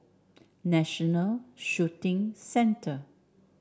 National Shooting Centre